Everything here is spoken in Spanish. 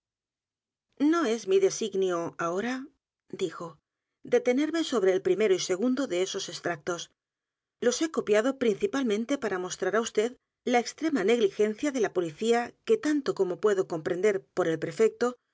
no es mi designio ahora dijo deteneme sobre el primero y segundo de esos extractos los he copiado principalmente para mostrar á vd la extrema negliel misterio de maría rogét gencia de la policía que tanto como puedo comprender por el prefecto